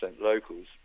locals